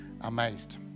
amazed